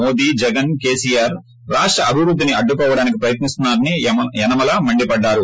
మోదీ జగన్ కేసీఆర్ రాష్ట అభివృద్దిని అడ్డుకోవడానికి ప్రయత్ని స్తున్నా రని యనమల మండిపడ్డారు